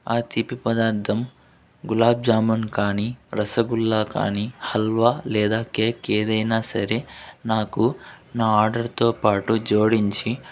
ఆ తీపి పదార్థం గులాబ్ జామున్ కానీ రసగుల్లా కానీ హల్వా లేదా కేక్ ఏదైన సరే నాకు నా ఆర్డర్తో పాటు జోడించి